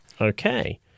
okay